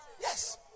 Yes